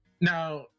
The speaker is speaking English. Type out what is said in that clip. Now